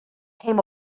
came